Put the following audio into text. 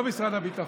לא משרד הביטחון,